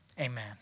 amen